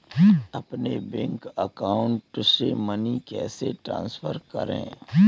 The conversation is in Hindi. अपने बैंक अकाउंट से मनी कैसे ट्रांसफर करें?